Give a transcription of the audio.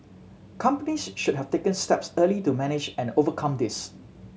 companies should have taken steps early to manage and overcome this